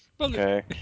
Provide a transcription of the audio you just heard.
Okay